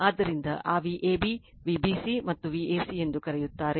ಆದ್ದರಿಂದ ಆ Vab Vbc ಮತ್ತು Vca ಎಂದು ಕರೆಯುತ್ತಾರೆ